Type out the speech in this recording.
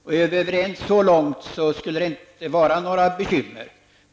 Om vi vore överens så långt skulle det inte vara några bekymmer.